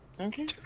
Okay